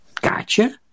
gotcha